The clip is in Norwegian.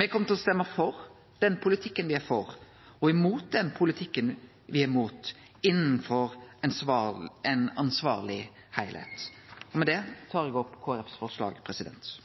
Me kjem til å stemme for den politikken me er for, og mot den politikken me er mot, innanfor ein ansvarleg heilskap. Med det tar eg opp Kristeleg Folkepartis